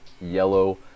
yellow